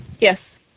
Yes